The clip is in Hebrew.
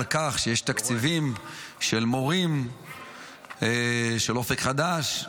כך שיש תקציבים של מורים של אופק חדש.